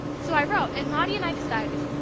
so i wrote, and maudie and i decided.